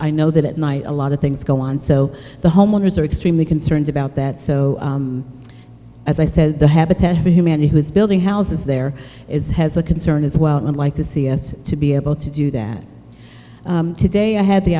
i know that at night a lot of things go on so the homeowners are extremely concerned about that so as i said the habitat for humanity has building houses there is has a concern as well and like to see us to be able to do that today i had the